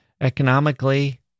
economically